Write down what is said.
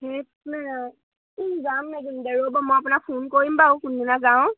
সেই কোন যাম মেদম দে'ব মই আপোনাক ফোন কৰিম বাাৰু কোনদিনা যাওঁ